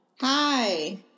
Hi